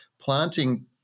planting